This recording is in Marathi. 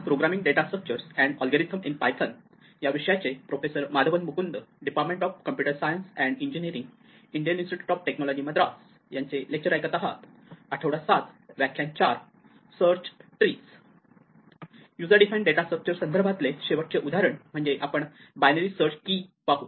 यूजर डिफाइन डेटा स्ट्रक्चर्स संदर्भाचे शेवटचे उदाहरण म्हणजे आपण बायनरी सर्च की पाहू